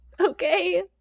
okay